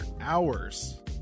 Hours